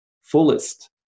fullest